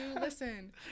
listen